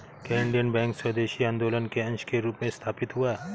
क्या Indian Bank स्वदेशी आंदोलन के अंश के रूप में स्थापित हुआ?